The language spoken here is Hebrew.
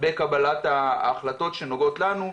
בקבלת ההחלטות שנוגעות לנו.